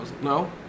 No